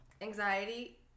anxiety